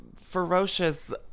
ferocious